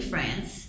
France